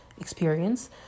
experience